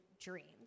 dreams